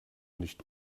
nicht